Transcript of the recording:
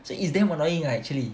so it's damn annoying ah actually